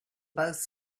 both